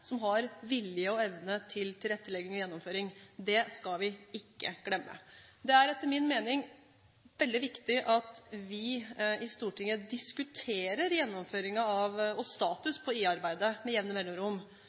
som har vilje og evne til tilrettelegging og gjennomføring. Det skal vi ikke glemme. Det er etter min mening veldig viktig at vi i Stortinget diskuterer gjennomføringen av og status for IA-arbeidet med jevne mellomrom,